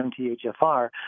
MTHFR